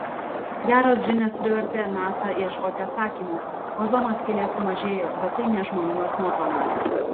geros žinios privertė nasa ieškoti atsakymų ozono skylė sumažėjo bet tai ne žmonijos nuopelnas